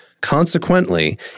Consequently